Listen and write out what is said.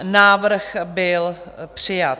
Návrh byl přijat.